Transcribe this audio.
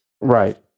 Right